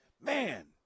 Man